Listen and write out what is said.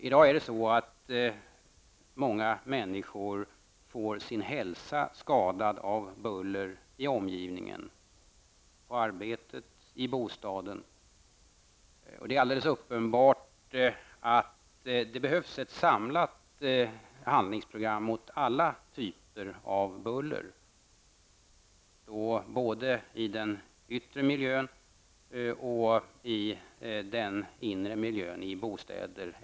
I dag får många människor sin hälsa skadad av buller i omgivningen -- på arbetet, i bostaden. Det är alldeles uppenbart att det behövs ett samlat handlingsprogram mot alla typer av buller, både i den yttre miljön och i den inre miljön, exempelvis i bostäder.